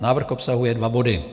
Návrh obsahuje dva body.